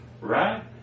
right